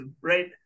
right